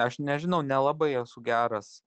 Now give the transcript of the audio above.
aš nežinau nelabai esu geras